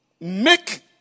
make